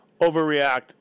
overreact